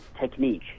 technique